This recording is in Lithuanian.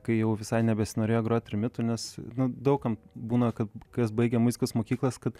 kai jau visai nebesinorėjo grot trimitu nes daug kam būna kad kas baigę muzikos mokyklas kad